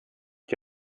die